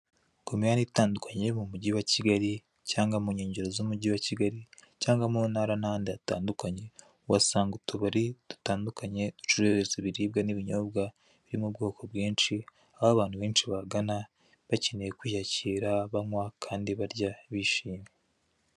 Ku mihanda itandukanye yo mu mujyi wa Kigali cyangwa mu kengero z'umujyi wa Kigali cyangwa mu ntara n'ahandi hatandukanye, uhasanga utubari dutandukanye ducuruza ibiribwa n'ibinyobwa biri mu bwoko bwinshi, aho abantu benshi babagana, bakeneye kwiyakira, banywa kandi barya, bishimye.